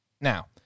Now